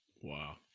Wow